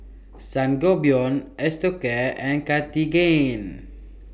Sangobion Osteocare and Cartigain